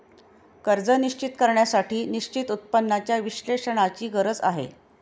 कर्ज निश्चित करण्यासाठी निश्चित उत्पन्नाच्या विश्लेषणाची गरज आहे